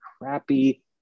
crappy